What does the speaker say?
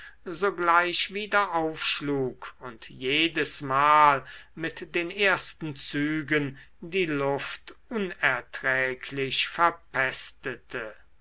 sogleich wieder aufschlug und jedesmal mit den ersten zügen die luft unerträglich verpestete